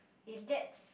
it gets